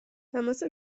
تماس